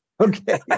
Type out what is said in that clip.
Okay